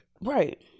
Right